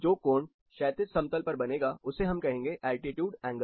जो कोण क्षैतिज समतल पर बनेगा उसे हम कहेंगे एल्टीट्यूड एंगल